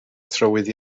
trywydd